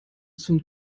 zum